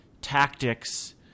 tactics